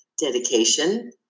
dedication